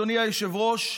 אדוני היושב-ראש,